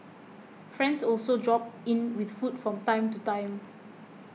friends also drop in with food from time to time